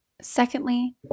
Secondly